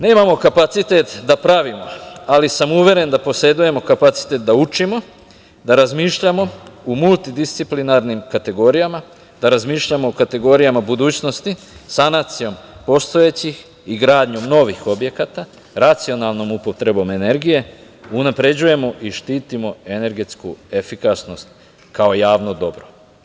Nemamo kapacitet da pravimo, ali sam uveren da posedujemo kapacitet da učimo, da razmišljamo, o multidisciplinarnim kategorijama, da razmišljamo o kategorijama budućnosti, sanacijom postojećih i gradnjom novih objekata, racionalnom upotrebom energije, unapređujemo i štitimo energetsku efikasnost, kao javno dobro.